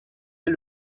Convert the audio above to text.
est